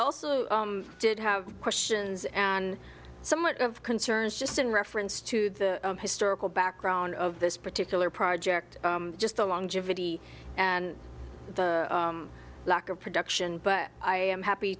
also did have questions and somewhat of concerns just in reference to the historical background of this particular project just the longevity and the lack of production but i am happy